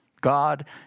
God